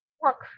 work